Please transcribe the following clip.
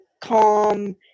calm